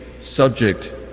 subject